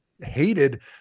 hated